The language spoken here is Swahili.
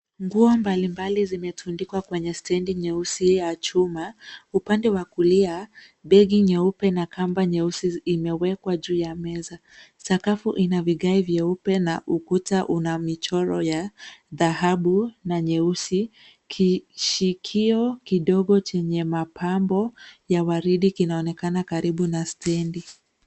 Nguo mbalimbali zimetundikwa kwenye stendi nyeusi ya chuma. Upande wa kulia, begi nyeupe na kamba nyeusi zimewekwa juu ya meza. Sakafu ina vigae vyeupe na ukuta una michoro ya dhahabu na nyeusi. Kishikio kidogo chenye mapambo ya waridi kinaonekana karibu na stendi.